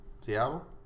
Seattle